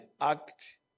act